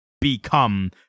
become